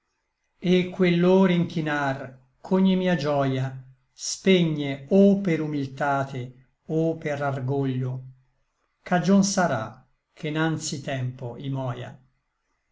quel lor inchinar ch'ogni mia gioia spegne o per humiltate o per argoglio cagion sarà che nanzi tempo i moia